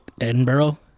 Edinburgh